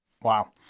Wow